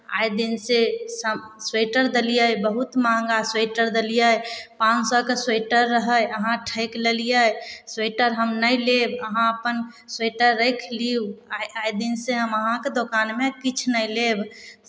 आइ दिनसँ साम स्वेटर देलियै बहुत महँगा स्वेटर देलियै पाँच सए के स्वेटर रहै अहाँ ठकि लेलियै स्वेटर हम नहि लेब अहाँ अपन स्वेटर राखि लिउ आइ आइ दिनसँ हम अहाँके दोकानमे किछु नहि लेब